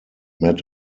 met